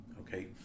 okay